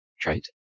trait